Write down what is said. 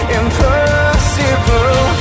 impossible